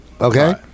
okay